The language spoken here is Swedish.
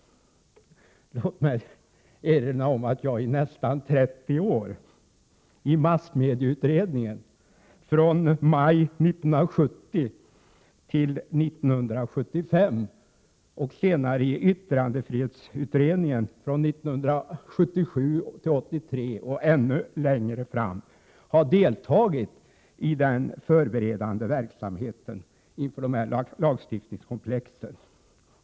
1987/88: 122 Låt mig erinra om att jag under nästan 30 år, i slutet av denna tid i 18 maj 1988 massmedieutredningen maj 1970—1975 och senare i yttrandefrihetsutredningen 1977—1983 och ännu längre, har deltagit i den förberedande verksamheten beträffande dessa lagstiftningskomplex.